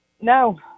No